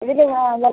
ഇതിൽ ആ എല്ലാം